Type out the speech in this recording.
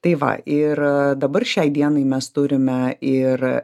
tai va ir dabar šiai dienai mes turime ir